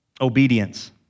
obedience